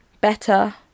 better